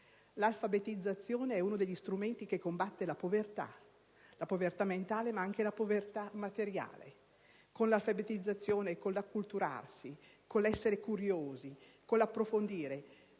L'alfabetizzazione è uno degli strumenti che servono a combattere la povertà, povertà mentale ma anche materiale, con l'alfabetizzazione e con l'acculturarsi, con l'essere curiosi, con l'approfondimento;